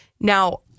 Now